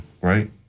right